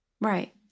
Right